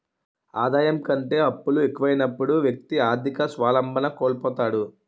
ఆదాయం కంటే అప్పులు ఎక్కువైనప్పుడు వ్యక్తి ఆర్థిక స్వావలంబన కోల్పోతాడు